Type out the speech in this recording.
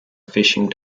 fishing